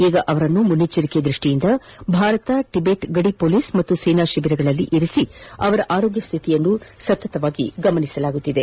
ಈಗ ಅವರನ್ನು ಮುನ್ನೆಚ್ಚರಿಕೆ ದೃಷ್ಟಿಯಿಂದ ಭಾರತ ಟಿಬೆಟ್ ಗದಿ ಪೊಲೀಸ್ ಹಾಗೂ ಸೇನಾ ಶಿಬಿರಗಳಲ್ಲಿ ಇರಿಸಿ ಅವರ ಆರೋಗ್ಯ ಸ್ಥಿತಿಯನ್ನು ಸತತವಾಗಿ ಗಮನಿಸಲಾಗುತ್ತಿದೆ